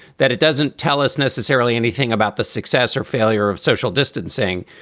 that it doesn't tell us necessarily anything about the success or failure of social distancing,